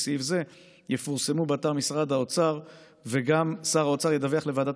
סעיף זה יפורסם באתר משרד האוצר וגם שר האוצר ידווח לוועדת